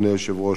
אדוני היושב-ראש,